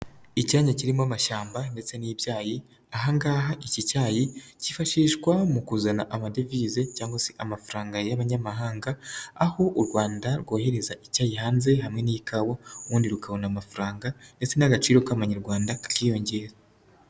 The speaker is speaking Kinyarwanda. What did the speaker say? Icyanya kirimo amashyamba ndetse n'ibyayi, aha ngaha iki cyayi cyifashishwa mu kuzana amadevize cyangwa se amafaranga y'abanyamahanga, aho u Rwanda rwohereza icyayi hanze hamwe n'ikawa, ubundi rukabona amafaranga ndetse n'agaciro k'amanyarwanda kakiyongera.